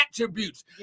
attributes